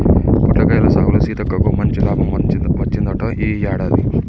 పొట్లకాయల సాగులో సీతక్కకు మంచి లాభం వచ్చిందంట ఈ యాడాది